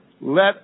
Let